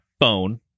phone